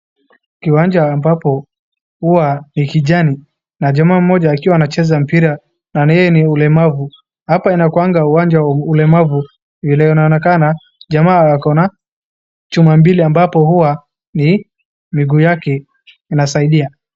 kiwanja ambacho ni kijani na jamaa mmoja ambaye anacheza mpira lakini ni mlemavu. Hapa inakunaga uwanja wa ulemavu na anakaa jamaa akona chuma mbili ambapo huwa ni miguu yake inasaidia.